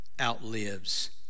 outlives